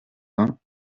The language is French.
vingt